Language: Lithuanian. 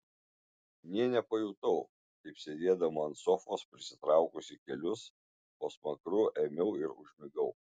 nė nepajutau kaip sėdėdama ant sofos prisitraukusi kelius po smakru ėmiau ir užmigau